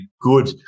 good